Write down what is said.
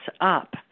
up